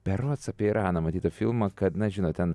berods apie iraną matytą filmą kad na žinot ten